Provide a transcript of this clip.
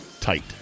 tight